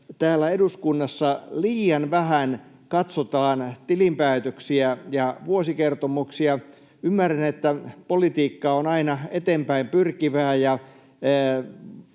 täällä eduskunnassa liian vähän katsotaan tilinpäätöksiä ja vuosikertomuksia. Ymmärrän, että politiikka on aina eteenpäin pyrkivää.